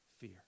fear